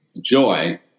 joy